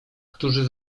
którzy